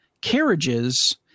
carriages